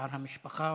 בצער המשפחה.